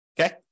Okay